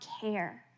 care